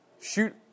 Shoot